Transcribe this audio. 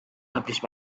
publish